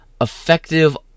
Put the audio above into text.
effective